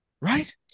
Right